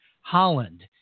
Holland